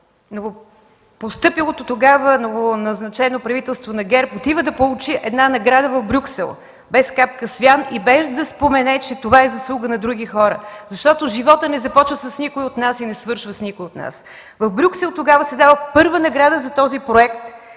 новопостъпилото тогава правителство на ГЕРБ отива да получи една награда в Брюксел без капка свян и без да спомене, че това е заслуга на други хора. Защото животът не започна с никой от нас и не свършва с никой от нас. В Брюксел тогава се дава първа награда за този проект,